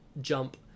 jump